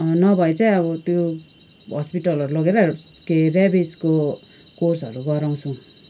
नभए चाहिँ अब त्यो हस्पिटलहरू लगेर केही रेबिसको कोर्सहरू गराउँछौँ